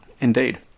Indeed